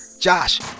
Josh